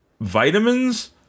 Vitamins